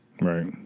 Right